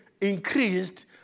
increased